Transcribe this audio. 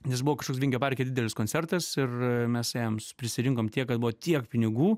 nes buvo kažkoks vingio parke didelis koncertas ir mes ėjom prisirinkom tiek kad buvo tiek pinigų